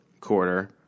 quarter